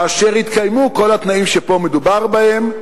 כאשר התקיימו כל התנאים שפה מדובר בהם,